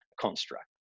construct